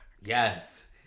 Yes